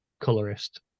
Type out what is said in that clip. colorist